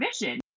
mission